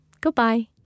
Goodbye